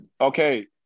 Okay